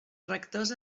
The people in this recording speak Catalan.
rectors